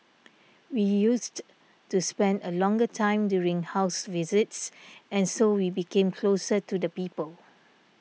we used to spend a longer time during house visits and so we became closer to the people